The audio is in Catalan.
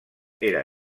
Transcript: era